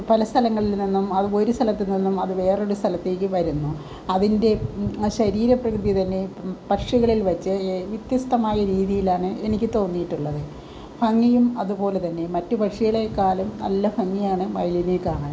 പല സ്ഥലങ്ങളിൽ നിന്നും അത് ഒരു സ്ഥലത്ത് നിന്നും അത് വേറൊരു സ്ഥലത്തേക്ക് വരുന്നു അതിൻ്റെ ആ ശരീരം പ്രകൃതി തന്നെ പക്ഷികളിൽ വെച്ച് വ്യത്യസ്തമായ രീതിയിലാണ് എനിക്ക് തോന്നീട്ടുള്ളത് ഭംഗിയും അതുപോലെ തന്നെ മറ്റ് പക്ഷികളെക്കാളും നല്ല ഭംഗിയാണ് മയിലിനെ കാണാൻ